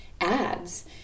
ads